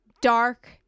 dark